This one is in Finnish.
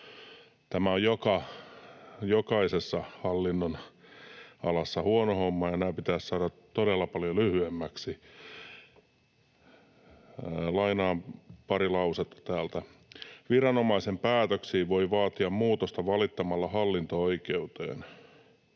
Tämä on jokaisessa hallinnonalassa huono homma, ja nämä pitäisi saada todella paljon lyhyemmäksi. Lainaan pari lausetta täältä: ”Viranomaisen päätöksiin voi vaatia muutosta valittamalla hallinto-oikeuteen.